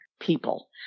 people